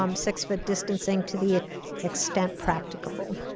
um six-foot distancing, to the extent practicable,